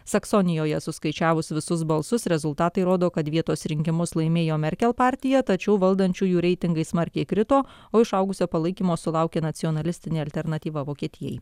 saksonijoje suskaičiavus visus balsus rezultatai rodo kad vietos rinkimus laimėjo merkel partija tačiau valdančiųjų reitingai smarkiai krito o išaugusio palaikymo sulaukė nacionalistinė alternatyva vokietijai